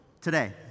Today